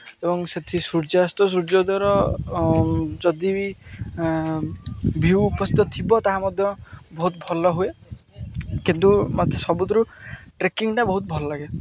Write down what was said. ଏବଂ ସେଇଠି ସୂର୍ଯ୍ୟାସ୍ତ ସୂର୍ଯ୍ୟୋଦୟର ଯଦି ବି ଭିଉ ଉପସ୍ଥିତ ଥିବ ତାହା ମଧ୍ୟ ବହୁତ ଭଲ ହୁଏ କିନ୍ତୁ ମୋତେ ସବୁଥିରୁ ଟ୍ରେକିଂଟା ବହୁତ ଭଲ ଲାଗେ